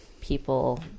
people